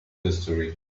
history